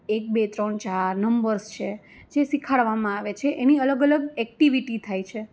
એક બે ત્રણ ચાર નંબર્સ જે શિખવાડવામાં આવે છે જેની અલગ અલગ એક્ટિવિટી થાય છે